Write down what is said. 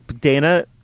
Dana